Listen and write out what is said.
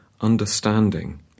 understanding